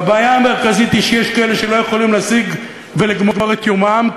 והבעיה המרכזית היא שיש כאלה שלא יכולים להשיג ולגמור את יומם,